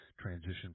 transition